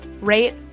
Rate